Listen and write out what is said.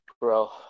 Bro